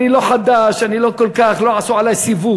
אני לא חדש, לא עשו עלי סיבוב.